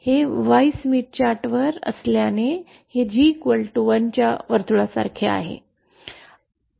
हे Y Smith chart वर असल्याने हे G1 च्या वर्तुळासारखे आहे